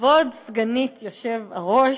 כבוד סגנית היושב-ראש,